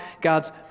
God's